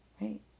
right